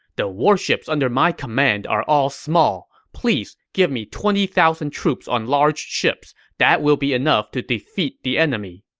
the warships under my command are all small. please give me twenty thousand troops on large ships. that will be enough to defeat the enemy.